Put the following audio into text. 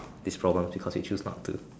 be strong because they choose not to